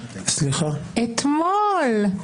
אתמול.